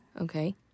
Okay